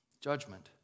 judgment